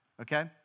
okay